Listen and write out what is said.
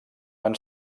van